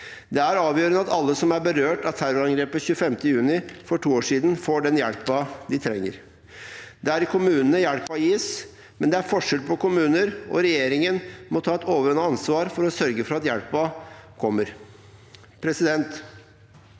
Det er avgjørende at alle som er berørt av terrorangrepet 25. juni for to år siden, får den hjelpen de trenger. Det er i kommunene hjelpen gis, men det er forskjell på kommuner, og regjeringen må ta et overordnet ansvar for å sørge for at hjelpen kommer.